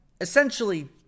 essentially